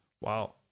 Wow